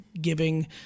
giving